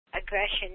aggression